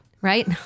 right